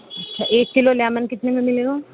اچھا ایک kilo lemon کتنے میں ملے گا